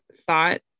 thought